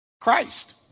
Christ